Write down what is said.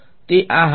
તેથી તે આ હશે